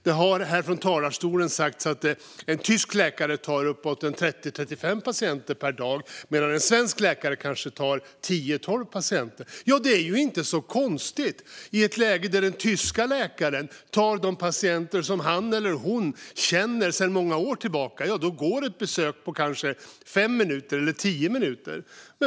Det har här från talarstolen sagts att en tysk läkare tar 30-35 patienter per dag, medan en svensk läkare kanske tar 10-12 patienter. Det är inte så konstigt i ett läge där den tyska läkaren har patienter som han eller hon känner sedan många år tillbaka. Då går ett besök på kanske fem tio minuter.